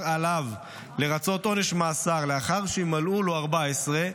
עליו לרצות עונש מאסר לאחר שמלאו לו 14,